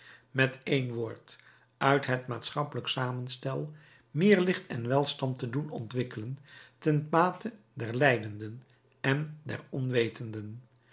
met één woord uit het maatschappelijk samenstel meer licht en welstand te doen ontwikkelen ten bate der lijdenden en der onwetenden